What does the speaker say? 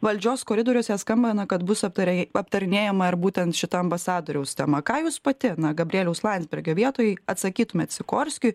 valdžios koridoriuose skamba na kad bus aptariai aptarinėjama ir būtent šita ambasadoriaus tema ką jūs pati na gabrieliaus landsbergio vietoj atsakytumėt sikorskiui